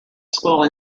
school